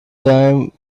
time